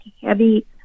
heavy